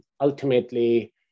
ultimately